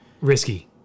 risky